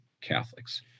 Catholics